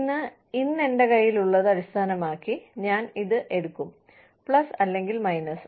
ഇന്ന് ഇന്ന് എന്റെ കൈയിലുള്ളത് അടിസ്ഥാനമാക്കി ഞാൻ ഇത് എടുക്കും പ്ലസ് അല്ലെങ്കിൽ മൈനസ്